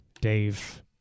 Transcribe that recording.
Dave